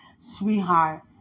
Sweetheart